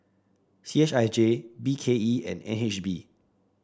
C H I J B K E and N H B